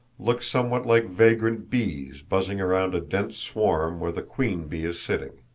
look somewhat like vagrant bees buzzing round a dense swarm where the queen bee is sitting.